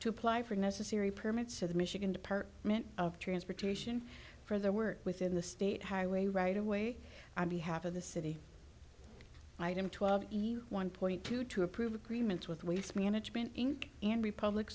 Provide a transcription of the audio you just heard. to apply for necessary permits to the michigan department of transportation for their work within the state highway right away on behalf of the city item twelve one point two to approve agreements with waste management inc and republic